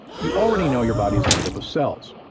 you already know your body's made up of cells.